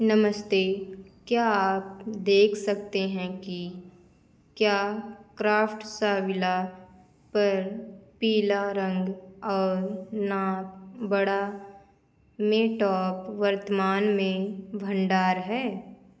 नमस्ते क्या आप देख सकते हैं कि क्या क्राफ्ट्सविला पर पीला रंग और नाप बड़ा में टॉप वर्तमान में भण्डार है